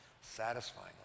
satisfying